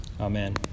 Amen